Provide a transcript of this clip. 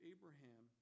Abraham